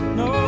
no